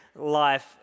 life